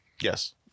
Yes